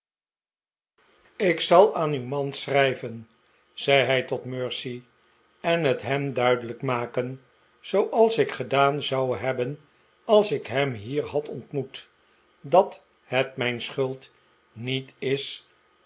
ik zal aan uw man schrijven zei hij tot mercy en het hem duidelijk maken zooals ik gedaan zou hebben als ik hem hier had ontmoet dat het mijn schuld niet is